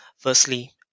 firstly